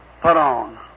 put-on